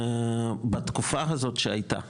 בתקופה הזאת שהיתה ,